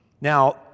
Now